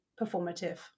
performative